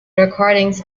recordings